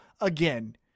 again